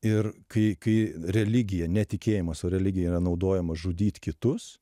ir kai kai religija netikėjimas o religija yra naudojama žudyt kitus